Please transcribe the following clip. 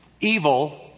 evil